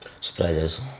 surprises